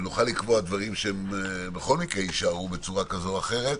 ונוכל לקבוע דברים שבכל מקרה יישארו בצורה כזו או אחרת,